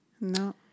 No